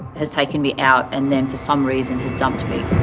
has taken me out, and then for some reason has dumped me.